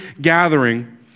gathering